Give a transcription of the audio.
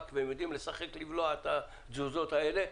והם יודעים לשחק ולבלוע את התזוזות האלה.